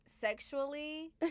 sexually